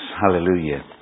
Hallelujah